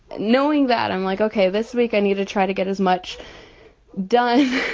knowing that, i'm like ok, this week i need to try to get as much done